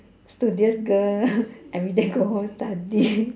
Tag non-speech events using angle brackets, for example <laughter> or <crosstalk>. studious girl <laughs> everyday go home study <laughs>